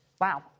Wow